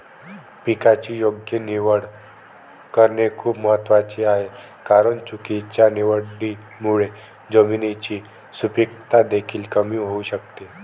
पिकाची योग्य निवड करणे खूप महत्वाचे आहे कारण चुकीच्या निवडीमुळे जमिनीची सुपीकता देखील कमी होऊ शकते